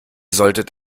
solltet